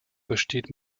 besteht